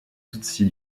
tutsi